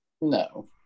No